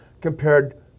compared